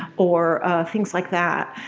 or things like that.